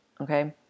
Okay